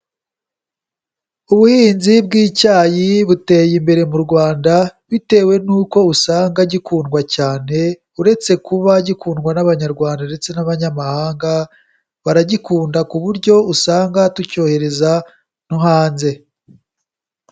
Ubuhinzi bw'icyayi buteye imbere mu Rwanda, bitewe n'uko usanga gikundwa cyane, uretse kuba gikundwa n'Abanyarwanda ndetse n'abanyamahanga, baragikunda ku buryo usanga tucyohereza no hanze.